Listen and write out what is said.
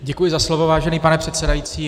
Děkuji za slovo, vážený pane předsedající.